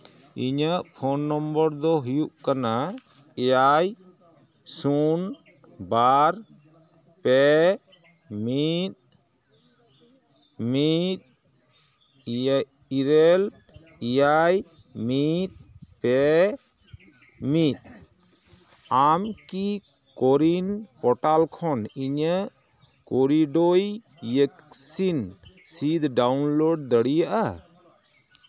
ᱤᱧᱟᱹᱜ phone number ᱫᱚ ᱦᱩᱭᱩᱜ ᱠᱟᱱᱟ ᱮᱭᱟᱭ ᱥᱩᱱ ᱵᱟᱨ ᱯᱮ ᱢᱤᱫ ᱢᱤᱫ ᱤᱨᱟᱹᱞ ᱮᱭᱟᱭ ᱢᱤᱫ ᱯᱮ ᱢᱤᱫ ᱟᱢᱠᱤ ᱠᱚᱨᱤᱱ ᱯᱳᱨᱴᱟᱞ ᱠᱷᱚᱱ ᱤᱧᱟᱹᱜ ᱠᱳᱨᱤᱰᱳᱭ ᱤᱭᱮᱠᱥᱤᱱ ᱥᱤᱫᱽ ᱰᱟᱣᱩᱱᱞᱳᱰ ᱫᱟᱲᱮᱭᱟᱜᱼᱟ